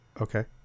Okay